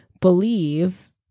believe